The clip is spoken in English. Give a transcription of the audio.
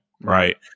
Right